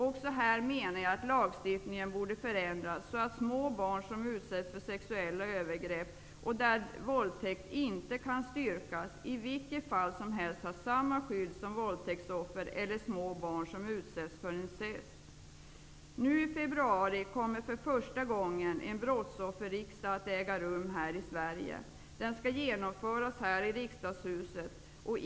Även här menar jag att lagstiftningen borde förändras så att små barn som utsätt för sexuella övergrepp och där våldtäkt inte kan styrkas, i vilket fall som helst har samma skydd som våldtäktsoffer eller små barn som utsätts för incest. Nu i februari kommer för första gången en brottsofferriksdag att äga rum här i Sverige. Den skall genomföras här i riksdagshuset.